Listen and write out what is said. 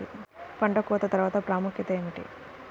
పంట కోత తర్వాత ప్రాముఖ్యత ఏమిటీ?